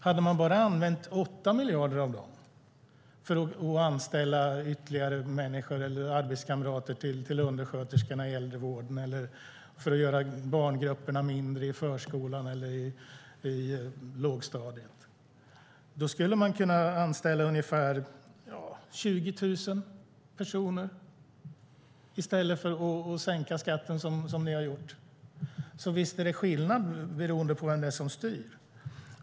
Hade man tagit 8 miljarder av dem hade man kunnat anställa ungefär 20 000 personer i stället för att sänka skatten som ni har gjort. Man skulle till exempel ha kunnat anställa arbetskamrater till undersköterskorna i äldrevården eller gjort barngrupperna mindre i förskolan eller i lågstadiet. Visst är det skillnad beroende på vem det är som styr.